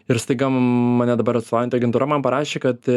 ir staiga mane dabar atstovaujanti agentūra man parašė kad